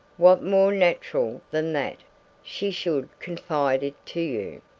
what more natural than that she should confide it to you?